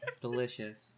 Delicious